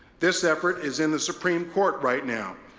this effort is in the supreme court right now,